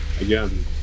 again